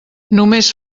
només